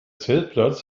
zeltplatz